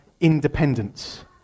independence